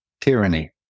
tyranny